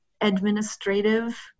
administrative